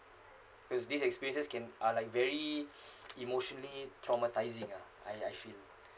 because these experiences can are like very emotionally traumatising ah uh as in